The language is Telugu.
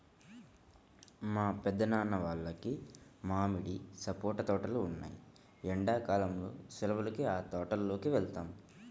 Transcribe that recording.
మా పెద్దనాన్న వాళ్లకి మామిడి, సపోటా తోటలు ఉన్నాయ్, ఎండ్లా కాలం సెలవులకి ఆ తోటల్లోకి వెళ్తాం